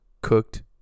cooked